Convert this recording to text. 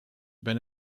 been